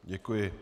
Děkuji.